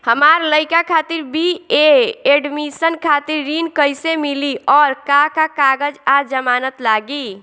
हमार लइका खातिर बी.ए एडमिशन खातिर ऋण कइसे मिली और का का कागज आ जमानत लागी?